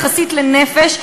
יחסית לנפש,